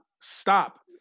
stop